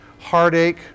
heartache